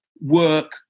work